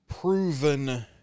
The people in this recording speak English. proven